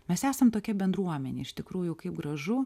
mes esam tokia bendruomenė iš tikrųjų kaip gražu